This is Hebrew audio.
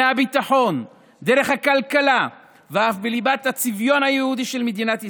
מהביטחון דרך הכלכלה ואף בליבת הצביון היהודי של מדינת ישראל.